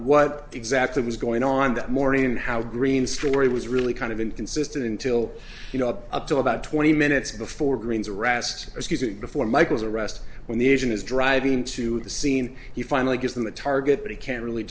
what exactly was going on that morning and how green story was really kind of inconsistent until you know up to about twenty minutes before green's arrest because it before michael's arrest when the asian is driving to the scene he finally gives them a target but he can't really